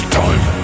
time